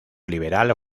liberal